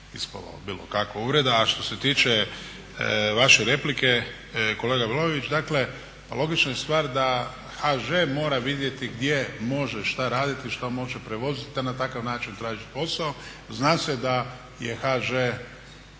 ispala bilo kakva uvreda. A što se tiče vaše replike, kolega BAloević dakle pa logična je stvar da HŽ mora vidjeti gdje može šta raditi što može prevoziti te na takav način tražiti posao. Zna se da je HŽ